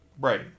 Right